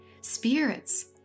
spirits